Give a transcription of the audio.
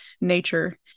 nature